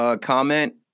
comment